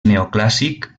neoclàssic